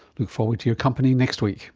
look forward to your company next week